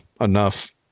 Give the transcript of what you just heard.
enough